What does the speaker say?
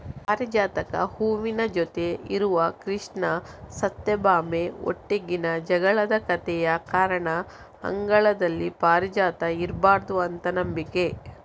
ಪಾರಿಜಾತದ ಹೂವಿನ ಜೊತೆ ಇರುವ ಕೃಷ್ಣ ಸತ್ಯಭಾಮೆ ಒಟ್ಟಿಗಿನ ಜಗಳದ ಕಥೆಯ ಕಾರಣ ಅಂಗಳದಲ್ಲಿ ಪಾರಿಜಾತ ಇರ್ಬಾರ್ದು ಅಂತ ನಂಬಿಕೆ